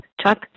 Chuck